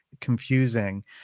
confusing